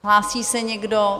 Hlásí se někdo?